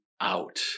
out